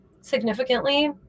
significantly